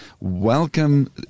welcome